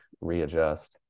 readjust